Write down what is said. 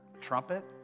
trumpet